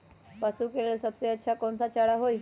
पशु के लेल सबसे अच्छा कौन सा चारा होई?